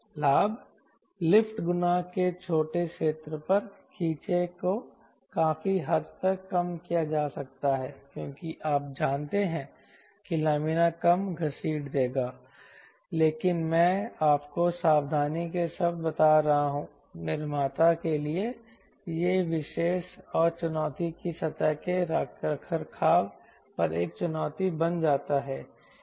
लाभ लिफ्ट गुणांक के छोटे क्षेत्र पर खींचें को काफी हद तक कम किया जा सकता है क्योंकि आप जानते हैं कि लामिना कम घसीट देगा लेकिन मैं आपको सावधानी के शब्द बता रहा हूं निर्माता के लिए यह एक विशेष और चुनौती की सतह के रखरखाव पर एक चुनौती बन जाता है